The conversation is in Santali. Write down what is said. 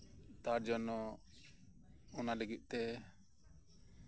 ᱛᱟᱨ ᱡᱚᱱᱱᱚ ᱚᱱᱟ ᱞᱟᱹᱜᱤᱫ ᱛᱮ